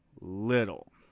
little